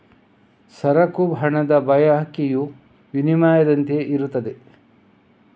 ಸರಕು ಹಣದ ಬಳಕೆಯು ವಿನಿಮಯದಂತೆಯೇ ಇರುತ್ತದೆ